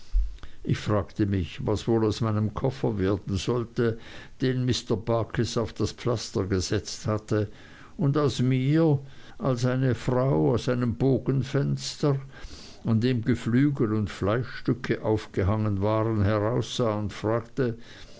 ich fragte mich was wohl aus meinem koffer werden sollte den mr barkis auf das pflaster gesetzt hatte und aus mir als eine frau aus einem bogenfenster an dem geflügel und fleischstücke aufgehangen waren heraussah und fragte